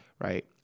right